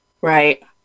Right